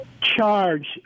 charge